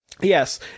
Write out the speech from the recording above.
Yes